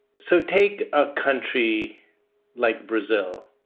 so take a country like brazil.